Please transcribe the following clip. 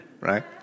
Right